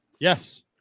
Yes